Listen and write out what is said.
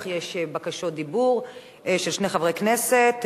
אך יש בקשות דיבור של שני חברי כנסת,